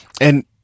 And-